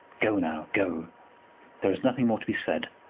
go now, go there is nothing more to be said.